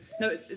No